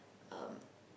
um